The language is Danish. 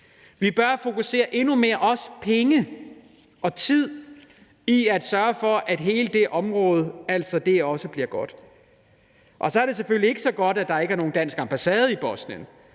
Vi bør også fokusere endnu flere penge og mere tid på at sørge for, at det bliver godt for hele det område. Så er det selvfølgelig ikke så godt, at der ikke er nogen dansk ambassade i Bosnien,